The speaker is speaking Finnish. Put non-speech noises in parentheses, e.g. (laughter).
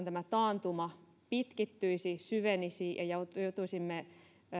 (unintelligible) tämä taantuma pitkittyisi syvenisi ja ja joutuisimme